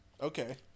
okay